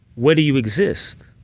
where do you exist?